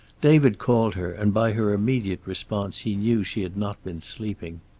david called her, and by her immediate response he knew she had not been sleeping.